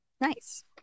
nice